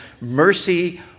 mercy